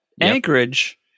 anchorage